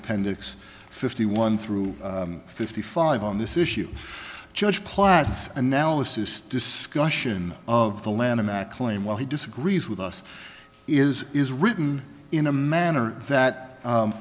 appendix fifty one through fifty five on this issue judge plaids analysis discussion of the lanham act claim while he disagrees with us is is written in a manner that